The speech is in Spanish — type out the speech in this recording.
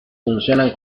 funcionan